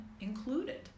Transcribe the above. included